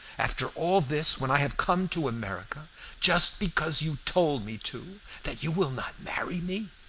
after all this, when i have come to america just because you told me to, that you will not marry me?